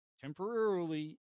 temporarily